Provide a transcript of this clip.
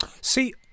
See